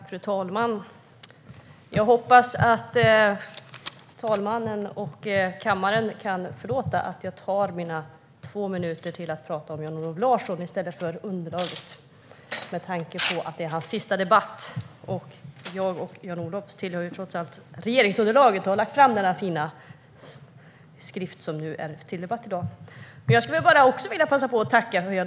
Fru talman! Jag hoppas att fru talmannen och kammaren kan förlåta mig för att jag använder mina två minuters repliktid till att tala om Jan-Olof Larsson i stället för om underlaget med tanke på att detta är hans sista debatt. Jan-Olof Larsson och jag tillhör trots allt regeringsunderlaget och har lagt fram den fina skrift som debatteras i dag. Även jag vill passa på att tacka Jan-Olof.